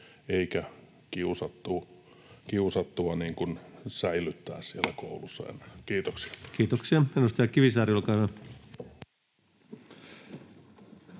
eikä kiusattu eikä säilyttää siellä koulussa enää. — Kiitoksia. Kiitoksia. — Edustaja Kivisaari, olkaa hyvä.